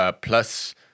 plus